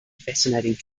fascinating